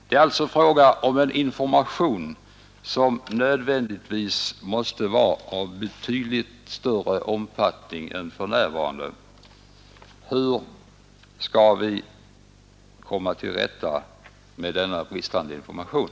Det är alltså fråga om en information, som nödvändigtvis måste vara av betydligt större omfattning än för närvarande. Hur skall vi komma till rätta med denna bristande information?